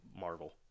marvel